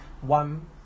one